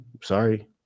Sorry